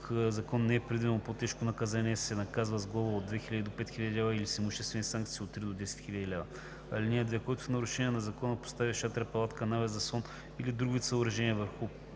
закон не е предвидено по-тежко наказание, се наказва с глоба от 2000 до 5000 лв. или с имуществена санкция от 3000 до 10 000 лв. (2) Който в нарушение на закона постави шатра, палатка, навес, заслон или друг вид съоръжение върху